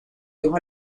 hijo